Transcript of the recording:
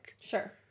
Sure